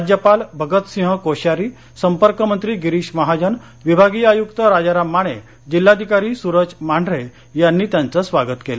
राज्यपाल भगतसिंहकोश्यारी संपर्कमंत्री गिरीश महाजन विभागीयआयुक्त राजाराम माने जिल्हाधिकारी सुरज मांढरे यांनी त्यांचे स्वागत केले